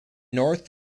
north